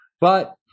But-